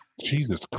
Jesus